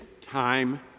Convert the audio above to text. time